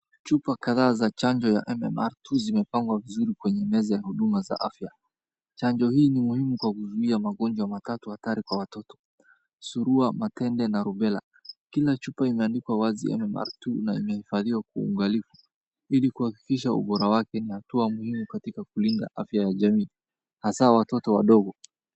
Chupa kadhaa za chanjo ya MMR II zimepangwa vizuri kwenye meza ya huduma za afya. Chanjo hii ni muhimu kwa kuhudumia magonjwa matatu hatari kwa watoto, surua, makende na rubella. Kila chupa imeandikwa wazi MMR II na imehafaliwa kuungalifu kwa kuhakikisha ubora wake ni hatua muhimu katika kulinda afya ya jamii, hasa watoto wadogo.